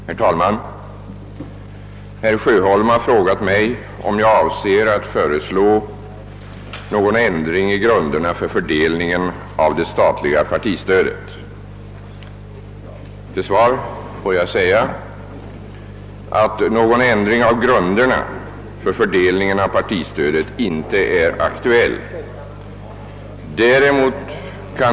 Herr talman! Herr Grebäck har frågat mig, om det föreligger planer på att förlägga någon statlig förvaltningsverksamhet eller annan statlig verksamhet till Märsta.